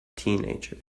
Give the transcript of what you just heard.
teenagers